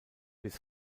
bis